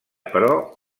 però